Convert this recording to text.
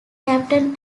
captain